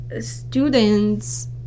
students